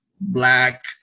black